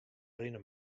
rinne